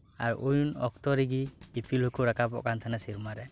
ᱟᱨ ᱩᱱ ᱚᱠᱛᱚ ᱨᱤᱜᱮ ᱤᱯᱤᱞ ᱦᱚᱠᱚ ᱨᱟᱠᱟᱵᱚᱜ ᱠᱟᱱ ᱛᱟᱦᱮᱱᱟ ᱥᱮᱨᱢᱟ ᱨᱮ